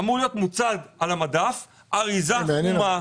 אמורה להיות מוצגת על המדף אריזה חומה.